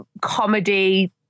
comedy